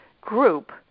group